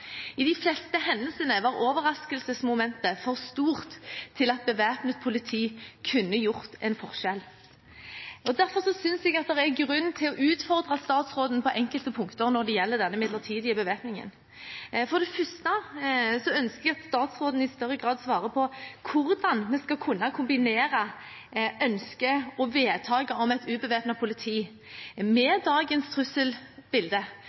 I de fleste hendelsene var overraskelsesmomentet for stort til at bevæpnet politi kunne gjort en forskjell.» Derfor synes jeg det er grunn til å utfordre statsråden på enkelte punkter når det gjelder denne midlertidige bevæpningen. For det første ønsker jeg at statsråden i større grad svarer på hvordan vi skal kunne kombinere ønsket og vedtaket om et ubevæpnet politi med dagens trusselbilde,